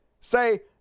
say